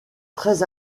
très